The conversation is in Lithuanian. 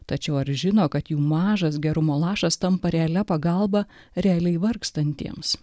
tačiau ar žino kad jų mažas gerumo lašas tampa realia pagalba realiai vargstantiems